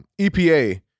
EPA